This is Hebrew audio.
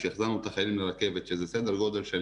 כשהחזרנו את החיילים לרכבת שזה סדר גודל של